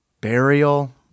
Burial